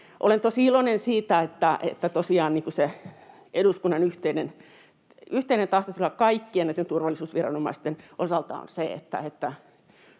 Olen tosi iloinen siitä, että tosiaan eduskunnan yhteinen tahtotila kaikkien näitten turvallisuusviranomaisten osalta on se,